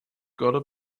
gotta